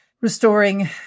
restoring